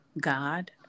God